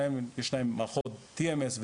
להם יש מערכות TMS,